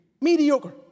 mediocre